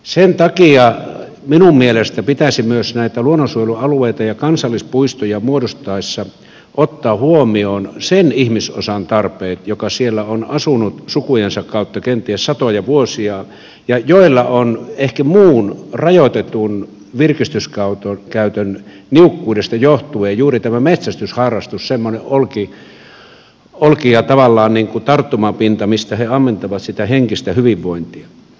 sen takia minun mielestäni pitäisi myös näitä luonnonsuojelualueita ja kansallispuistoja muodostettaessa ottaa huomioon sen ihmisosan tarpeet joka siellä on asunut sukujensa kautta kenties satoja vuosia ja jolla on ehkä muun rajoitetun virkistyskäytön niukkuudesta johtuen juuri tämä metsästysharrastus semmoinen olki ja tavallaan niin kuin tarttumapinta mistä he ammentavat sitä henkistä hyvinvointia